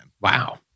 Wow